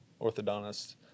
orthodontist